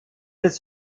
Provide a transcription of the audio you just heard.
des